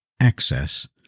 access